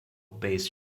bass